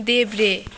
देब्रे